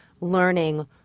learning